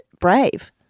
brave